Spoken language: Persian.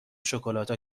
شکلاتها